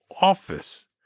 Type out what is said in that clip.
office